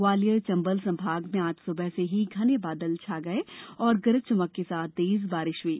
ग्वालियर चंबल संभाग में आज सुबह से ही घने बादल छा गये और गरज चमक के साथ तेज बारिश हुई